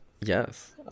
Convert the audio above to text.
Yes